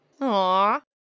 Aw